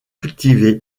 cultivé